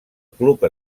club